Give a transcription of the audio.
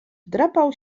wdrapał